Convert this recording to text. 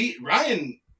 Ryan